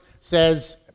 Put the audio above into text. says